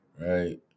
right